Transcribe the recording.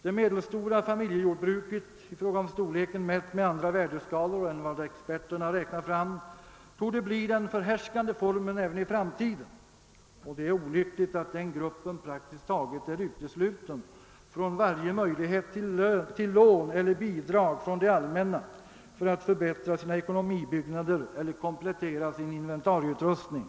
Det medelstora familjejordbruket — i fråga om storleken mätt efter andra värdeskalor än vad experterna räknat fram — torde bli den förhärskande formen även i framtiden, och det är olyckligt att den gruppen praktiskt taget är utesluten från varje möjlighet till lån eller bidrag från det allmänna för att förbättra sina ekonomibyggnader eiler komplettera sin inventarieutrustning.